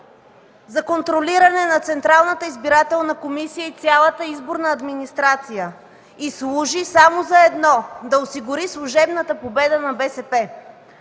за контролиране на Централната избирателна комисия и цялата изборна администрация и служи само за едно – да осигури служебната победа на БСП.